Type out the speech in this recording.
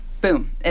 boom